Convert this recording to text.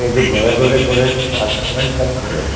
এইটো ঘৰে ঘৰে কৰে নে ৰাজহুৱা হিচাপ কৰে